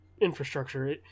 infrastructure